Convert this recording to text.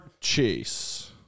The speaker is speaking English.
Chase